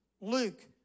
Luke